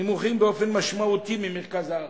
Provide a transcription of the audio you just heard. נמוך באופן משמעותי מבמרכז הארץ,